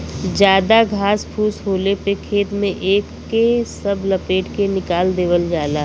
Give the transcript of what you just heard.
जादा घास फूस होले पे खेत में एके सब लपेट के निकाल देवल जाला